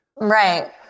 Right